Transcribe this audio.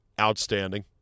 Outstanding